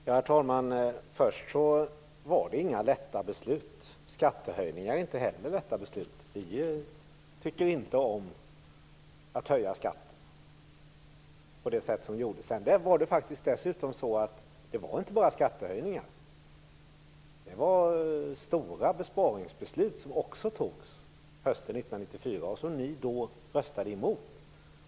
Herr talman! Det var inga lätta beslut. Skattehöjningar är inga lätta beslut. Vi tycker inte om att höja skatter på det sätt som gjordes. Det var faktiskt inte bara skattehöjningar. Det var stora besparingsbeslut som fattades hösten 1994 och som ni röstade emot.